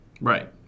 Right